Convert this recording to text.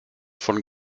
von